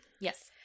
yes